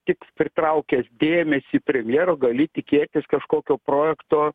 tik pritraukęs dėmesį premjero gali tikėtis kažkokio projekto